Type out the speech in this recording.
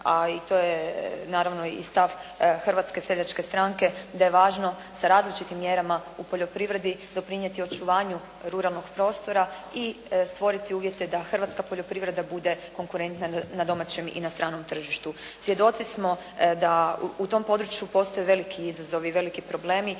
a i to je naravno i stav Hrvatske seljačke stranke, da je važno sa različitim mjerama u poljoprivredi doprinijeti očuvanju ruralnog prostora i stvoriti uvjete da hrvatska poljoprivreda bude konkurentna na domaćem i na stranom tržištu. Svjedoci smo da u tom području postoje veliki izazovi, veliki problemi